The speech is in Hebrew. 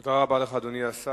תודה רבה לך, אדוני השר.